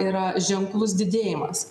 yra ženklus didėjimas